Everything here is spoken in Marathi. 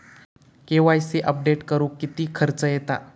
के.वाय.सी अपडेट करुक किती खर्च येता?